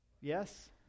Yes